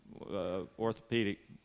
orthopedic